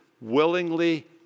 willingly